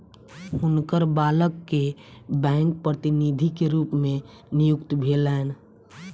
हुनकर बालक के बैंक प्रतिनिधि के रूप में नियुक्ति भेलैन